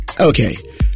Okay